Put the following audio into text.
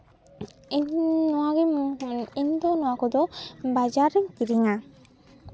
ᱤᱧ ᱱᱚᱣᱟᱜᱮᱧ ᱤᱧ ᱫᱚ ᱱᱚᱣᱟ ᱠᱚᱫᱚ ᱵᱟᱡᱟᱨ ᱨᱤᱧ ᱠᱤᱨᱤᱧᱟ